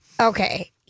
Okay